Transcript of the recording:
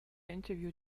interview